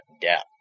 death